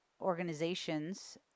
organizations